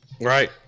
Right